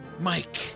Mike